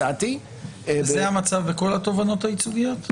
וזה המצב בכל התובענות הייצוגיות?